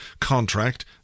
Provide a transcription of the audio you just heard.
contract